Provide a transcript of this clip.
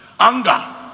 Anger